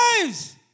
lives